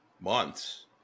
months